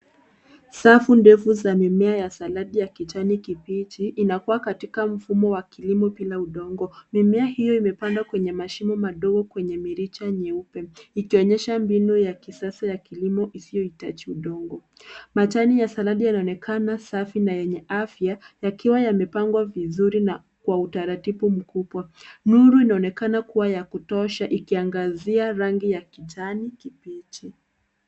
Safu ndefu za mimea ya saladi ya kijani kibichi. Inakua katika mfumo wa kilimo bila udongo. Mimea hiyo imepandwa kwenye mashimo madogo kwenye mirija nyeupe ikionyesha mbinu ya kisasa ya kilimo isiyohitaji udongo. Majani ya saladi yanaonekana safi na yenye afya yakiwa yamepangwa vizuri na kwa utaratibu mkubwa. Nuru inaonekana kuwa ya kutosha ikiangazia rangi ya kijani kibichi.